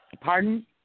Pardon